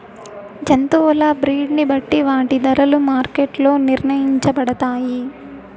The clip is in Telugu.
జంతువుల బ్రీడ్ ని బట్టి వాటి ధరలు మార్కెట్ లో నిర్ణయించబడతాయి